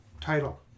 title